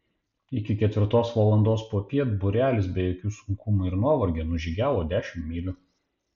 iki ketvirtos valandos popiet būrelis be jokių sunkumų ir nuovargio nužygiavo dešimt mylių